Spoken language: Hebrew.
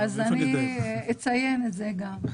אז אני אציין את זה גם.